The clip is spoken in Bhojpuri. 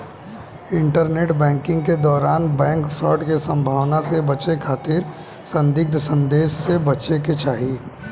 इंटरनेट बैंकिंग के दौरान बैंक फ्रॉड के संभावना से बचे खातिर संदिग्ध संदेश से बचे के चाही